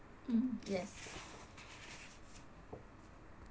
mm yes